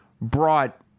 brought